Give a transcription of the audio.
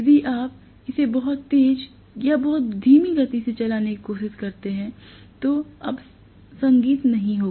यदि आप इसे बहुत तेज या बहुत धीमी गति से चलाने की कोशिश करते हैं तो अब संगीत नहीं होगा